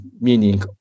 meaning